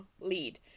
lead